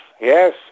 Yes